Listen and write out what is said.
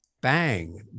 bang